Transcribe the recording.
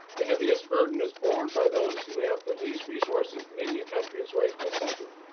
the heaviest burden is-borne by those who have the least resources and indian country is right in the center,